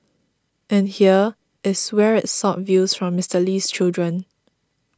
and here is where it sought views from Mister Lee's children